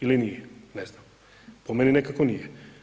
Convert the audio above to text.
Ili nije, ne znam, po meni nekako nije.